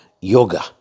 yoga